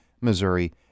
Missouri